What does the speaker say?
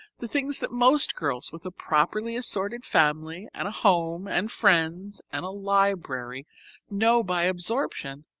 the things that most girls with a properly assorted family and a home and friends and a library know by absorption,